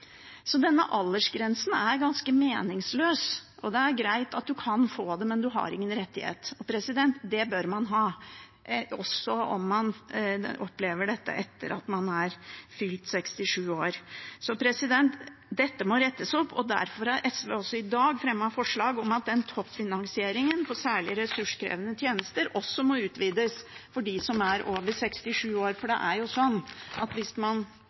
Denne aldersgrensa er ganske meningsløs. Det er greit at man kan få det, men man har ingen rettighet, og det bør man ha, også om man opplever dette etter at man har fylt 67 år. Dette må rettes opp, og derfor har SV fremmet forslag om at toppfinansieringen for særlig ressurskrevende tjenester også må utvides for dem som er over 67 år, for hvis man har en funksjonsnedsettelse før fylte 67 år, er det liten grunn til å tro at